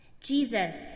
Jesus